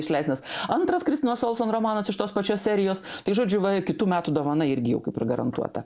išleistinas antras kristinos olson romanas iš tos pačios serijos tai žodžiu va kitų metų dovana irgi jau kaip ir garantuota